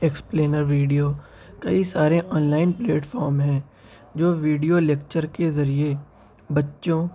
explainer video کئی سارے online platform ہیں جو ویڈیو لیکچر کے ذریعے بچوں